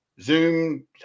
Zoom